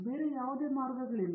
ಬೇರೆ ಯಾವುದೇ ಮಾರ್ಗಗಳಿಲ್ಲ